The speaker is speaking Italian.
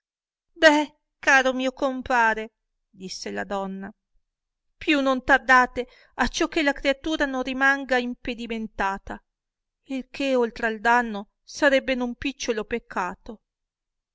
deh caro mio compare disse la donna piìi non tardate acciò che la creatura non rimanga impedimentata il che oltra il danno sarebbe non picciolo peccato